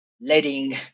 letting